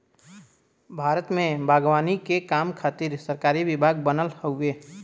भारत में बागवानी के काम खातिर सरकारी विभाग बनल हउवे